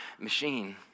machine